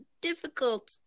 difficult